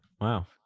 wow